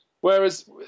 Whereas